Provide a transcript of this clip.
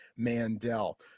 mandel